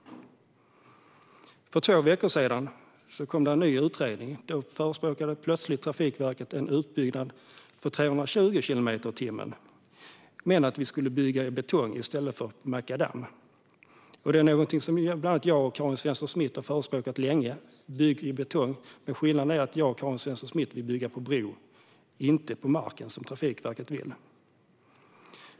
För två veckor sedan kom det en ny utredning. Då förespråkade Trafikverket plötsligt en utbyggnad med en högsta tillåten hastighet på 320 kilometer i timmen, men att det skulle byggas med betong i stället för med makadam. Bland andra jag och Karin Svensson Smith har länge förespråkat att man ska bygga med betong. Men skillnaden är att jag och Karin Svensson Smith vill bygga på bro och inte på marken, som Trafikverket vill.